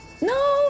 No